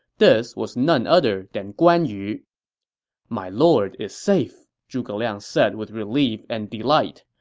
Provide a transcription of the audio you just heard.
this was none other than guan yu my lord is safe, zhuge liang said with relief and delight.